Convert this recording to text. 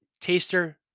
Taster